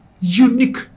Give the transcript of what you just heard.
unique